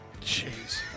Jeez